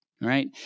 Right